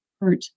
hurt